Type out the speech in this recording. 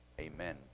amen